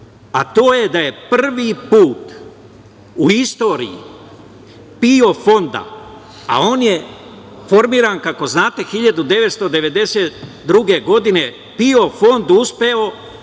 je da je prvi put u istoriji PIO Fonda, a on je formiran kako znate 1992. godine, PIO Fond uspeo